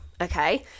okay